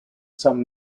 some